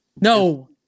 No